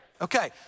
okay